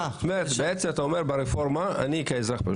בעצם אתה אומר ברפורמה אני כאזרח,